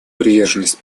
приверженность